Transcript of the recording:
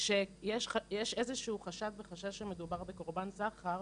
שיש איזשהו חשד וחשש שמדובר בקורבן סחר,